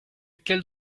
quel